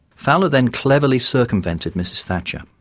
fowler then cleverly circumvented mrs thatcher.